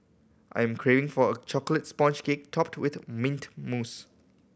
I'm craving for a chocolate sponge cake topped with mint mousse